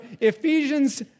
Ephesians